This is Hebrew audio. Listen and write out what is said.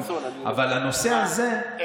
אבל הנושא הזה, ברצון.